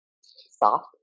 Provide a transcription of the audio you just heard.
soft